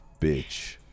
bitch